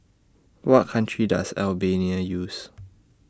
What Country Does Albania use